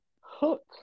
hook